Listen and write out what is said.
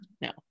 No